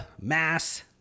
mass